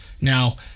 Now